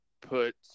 put